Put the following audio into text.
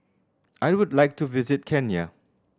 I would like to visit Kenya